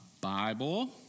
Bible